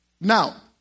Now